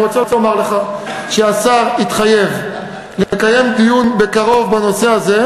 אני רוצה לומר לך שהשר התחייב לקיים דיון בקרוב בנושא הזה,